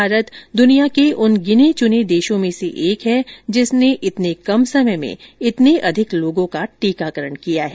भारत दुनिया के उन गिने चुने देशों में से एक हैं जिसने इतने कम समय में इतने अधिक लोगों का टीकाकरण किया है